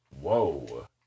Whoa